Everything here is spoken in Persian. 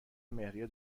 مهریه